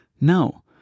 No